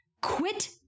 Quit